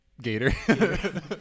Gator